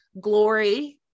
glory